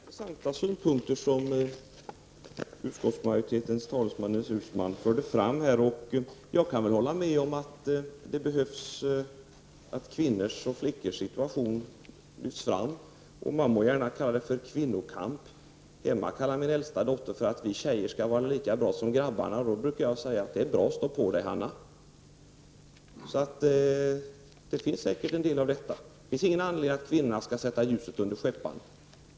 Herr talman! Det var många intressanta synpunkter som utskottsmajoritetens talesman, Ines Uusmann, förde fram. Jag kan hålla med om att kvinnors och flickors situation behöver lyftas fram. Man må gärna kalla det för kvinnokamp. Hemma säger min äldsta dotter att vi tjejer skall vara lika bra som grabbarna. Då brukar jag säga: Det är bra, stå på dig, Hanna. Det finns ingen anledning att kvinnorna skall sätta ljuset under skäppan.